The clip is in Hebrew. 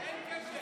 --- לפיד,